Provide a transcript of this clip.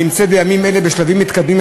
הנמצאת בימים אלה בשלבים מתקדמים.